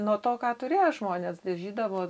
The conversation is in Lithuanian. nuo to ką turėjo žmonės dažydavo